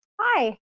Hi